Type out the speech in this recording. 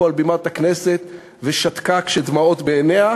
על בימת הכנסת ושתקה כשדמעות בעיניה,